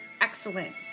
excellence